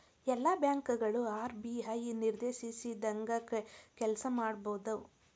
ಎಲ್ಲಾ ಬ್ಯಾಂಕ್ ಗಳು ಆರ್.ಬಿ.ಐ ನಿರ್ದೇಶಿಸಿದಂಗ್ ಕೆಲ್ಸಾಮಾಡ್ತಾವು